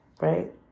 Right